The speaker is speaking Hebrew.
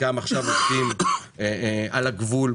חלקם עכשיו עובדים על הגבול,